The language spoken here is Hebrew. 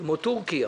כמו טורקיה